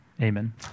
Amen